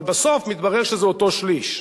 אבל בסוף מתברר שזה אותו שליש.